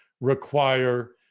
require